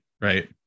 right